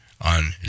on